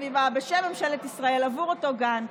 הסביבה בשם ממשלת ישראל עבור אותו גן,